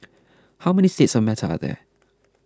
how many states of matter are there